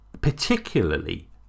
particularly